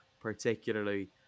particularly